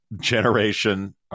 generation